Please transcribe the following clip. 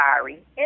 sorry